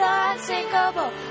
unsinkable